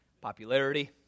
popularity